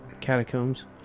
catacombs